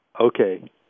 Okay